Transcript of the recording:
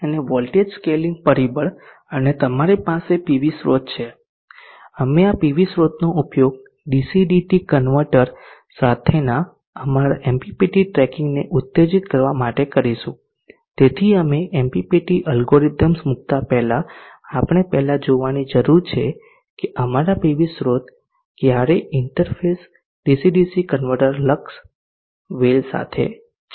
અને voltage scaling પરિબળ અને તમારી પાસે પીવી સ્રોત છે અમે આ પીવી સ્રોતનો ઉપયોગ DCDT કન્વર્ટર સાથેના અમારા MPPT ટ્રેકિંગને ઉત્તેજીત કરવા માટે કરીશું તેથી અમે MPPT એલ્ગોરિધમ્સ મૂકતા પહેલા આપણે પહેલા જોવાની જરૂર છે કે અમારા પીવી સ્રોત ક્યારે ઇન્ટર ફેઝ ડીસીડીસી કન્વર્ટર લક્ષ વેલ સાથે છે